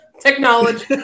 technology